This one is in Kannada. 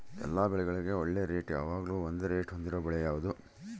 ಎಲ್ಲ ಬೆಳೆಗಳಿಗೆ ಒಳ್ಳೆ ರೇಟ್ ಯಾವಾಗ್ಲೂ ಒಂದೇ ರೇಟ್ ಹೊಂದಿರುವ ಬೆಳೆ ಯಾವುದು?